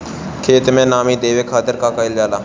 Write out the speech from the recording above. खेत के नामी देवे खातिर का कइल जाला?